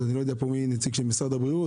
אני לא יודע מי פה נציג של משרד הבריאות,